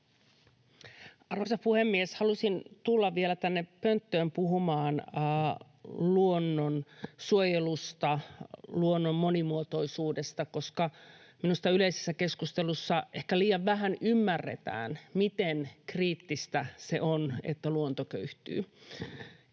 Arvoisa puhemies! Halusin tulla vielä tänne pönttöön puhumaan luonnonsuojelusta ja luonnon monimuotoisuudesta, koska minusta yleisessä keskustelussa ehkä liian vähän ymmärretään, miten kriittistä se on, että luonto köyhtyy.